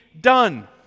done